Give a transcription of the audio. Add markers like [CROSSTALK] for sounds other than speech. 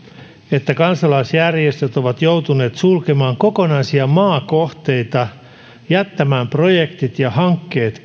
että kansalaisjärjestöt ovat joutuneet sulkemaan kokonaisia maakohteita jättämään kesken projektit ja hankkeet [UNINTELLIGIBLE]